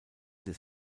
des